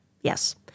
Yes